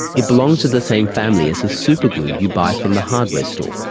it belongs to the same family as the superglue you buy from the hardware store,